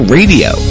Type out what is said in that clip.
Radio